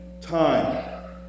time